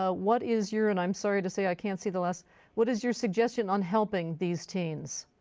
ah what is your and i'm sorry to say i can't see the last what is your suggestion on helping these teens?